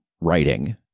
writing